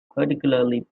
particularly